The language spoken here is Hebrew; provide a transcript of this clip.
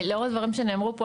לאור הדברים שנאמרו כאן,